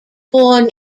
born